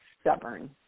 stubborn